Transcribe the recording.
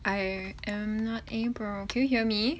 I am not able can you hear me